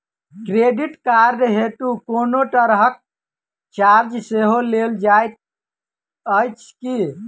Credit card हेतु कोनो तरहक चार्ज सेहो लेल जाइत अछि की?